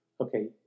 Okay